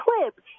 clip